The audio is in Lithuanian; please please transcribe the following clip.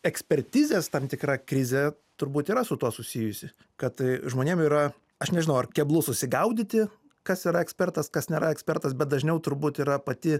ekspertizės tam tikra krizė turbūt yra su tuo susijusi kad žmonėm yra aš nežinau ar keblu susigaudyti kas yra ekspertas kas nėra ekspertas bet dažniau turbūt yra pati